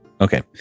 Okay